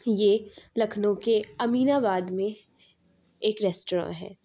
یہ لکھنؤ کے امین آباد میں ایک ریسٹراں ہے